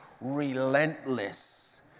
relentless